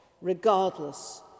regardless